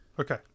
Okay